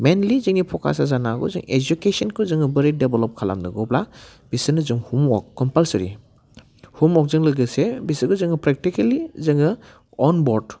मेइनलि जोंनि फकासआ जानांगौ जों एजुकेसनखौ जोङो बोरै दभेलब खालामनो अब्ला बिसोरनो जों हमवार्क कमपालसारि हमवार्कजों लोगोसे बिसोरखौ जोङो प्रेकटिकेलि जोङो अन बर्ड